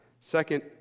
Second